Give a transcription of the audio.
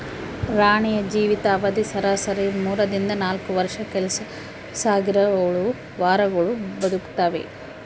ರಾಣಿಯ ಜೀವಿತ ಅವಧಿ ಸರಾಸರಿ ಮೂರರಿಂದ ನಾಲ್ಕು ವರ್ಷ ಕೆಲಸಗರಹುಳು ವಾರಗಳು ಬದುಕ್ತಾವೆ